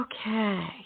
Okay